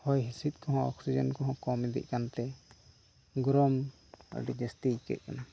ᱦᱚᱭ ᱦᱤᱸᱥᱤᱫ ᱠᱚᱦᱚᱸ ᱚᱠᱥᱤᱡᱮᱱ ᱠᱚ ᱠᱚᱢ ᱤᱫᱤᱜ ᱠᱟᱱ ᱛᱮ ᱜᱚᱨᱚᱢ ᱟᱹᱰᱤ ᱡᱟᱹᱥᱛᱤ ᱟᱹᱭᱠᱟᱹᱜ ᱠᱟᱱᱟ